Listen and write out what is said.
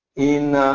in